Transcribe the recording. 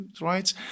right